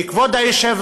כי, כבוד היושב-ראש,